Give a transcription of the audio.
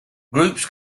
groups